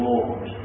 Lord